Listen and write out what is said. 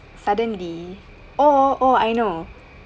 suddenly oh oh oh I know